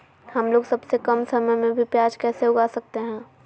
हमलोग सबसे कम समय में भी प्याज कैसे उगा सकते हैं?